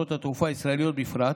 וחברות התעופה הישראליות בפרט,